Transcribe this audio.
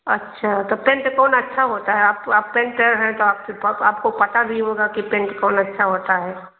अच्छा तो पेंट कौन अच्छा होता हा आप आप पेंटर है तो आप आपको पता भी होगा कि पेंट कौन अच्छा होता है